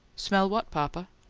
smell what, papa?